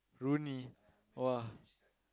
Rooney !wah!